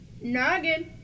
Nugget